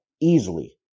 easily